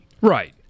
Right